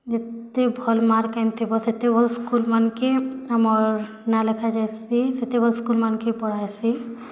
ଯେତେ ଭଲ୍ ମାର୍କ୍ ଆନିଥିବ ସେତେ ଭଲ୍ ସ୍କୁଲ୍ମାନଙ୍କେ ଆମର୍ ନାଁ ଲେଖାଯାଏସି ସେତେ ଭଲ୍ ସ୍କୁଲ୍ମାନଙ୍କେ ପଢ଼ାହେସି